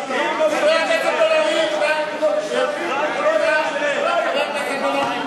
אם הוא היה אומר "שתי מדינות לשני עמים" הוא לא היה ראש ממשלה.